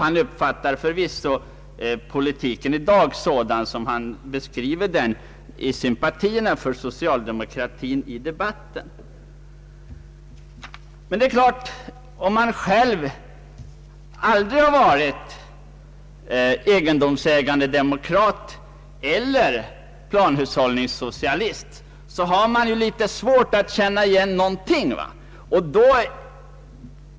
Han uppfattar förvisso politiken i dag sådan som han beskriver den, när han ger sina sympatier åt socialdemokratin i debatten. Men om man själv aldrig har varit egendomsägande demokrat eller planhushållningssocialist, så har man litet svårt att känna igen någonting.